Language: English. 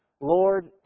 Lord